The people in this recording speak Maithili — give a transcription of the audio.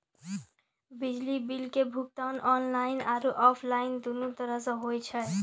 बिजली बिल के भुगतान आनलाइन आरु आफलाइन दुनू तरहो से होय छै